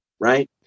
right